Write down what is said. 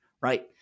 right